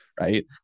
right